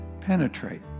penetrate